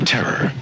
Terror